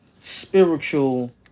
spiritual